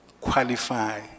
qualify